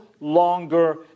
longer